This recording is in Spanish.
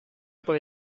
puede